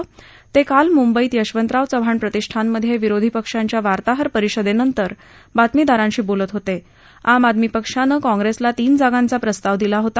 तक्राल मुंबईत यशवंतराव चव्हाण प्रतिष्ठानमध्यविरोधी पक्षांच्या वार्ताहर परिषदक्तिर बातमीदारांशी बोलत होतक् आम आदमी पक्षानं काँग्रस्त्रा तीन जागांचा प्रस्ताव दिला होता